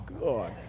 God